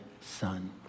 son